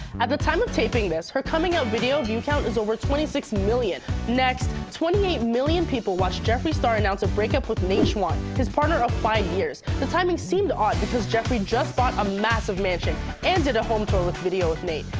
at the time of taping this her coming out video viewcount is over twenty six million. next. twenty eight million people watched jeffree starr announce a breakup with nate schwandt, his partner of five years. the timing seemed odd because jeffree just bought a massive mansion and did a home tour video with nate.